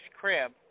crib